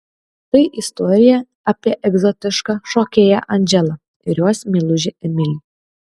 tai istorija apie egzotišką šokėją andželą ir jos meilužį emilį